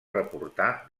reportar